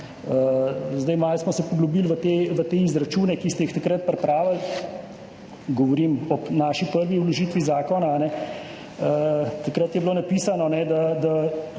ne. Malo smo se poglobili v te izračune, ki ste jih takrat pripravili, govorim o naši prvi vložitvi zakona, takrat je bilo napisano, da